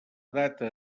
data